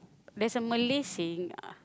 there's a Malay saying uh